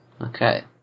Okay